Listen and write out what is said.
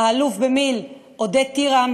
האלוף במיל' עודד טירה,